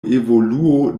evoluo